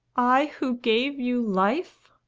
i, who gave you life!